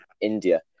India